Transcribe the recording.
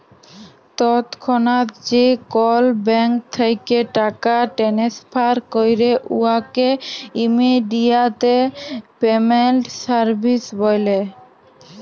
তৎক্ষণাৎ যে কল ব্যাংক থ্যাইকে টাকা টেনেসফার ক্যরে উয়াকে ইমেডিয়াতে পেমেল্ট সার্ভিস ব্যলে